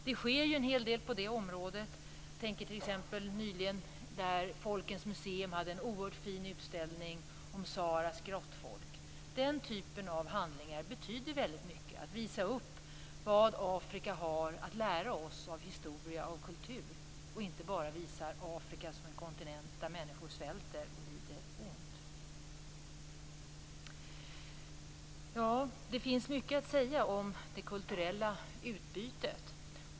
Det sker en hel del på det området. Helt nyligen hade Folkens museum en oerhört fin utställning om Saharas grottfolk. Den typen av handlingar betyder mycket, dvs. att visa upp vad Afrika har att lära oss av historia och kultur och inte bara visa Afrika som en kontinent där människor svälter och lider ont. Det finns mycket att säga om det kulturella utbytet.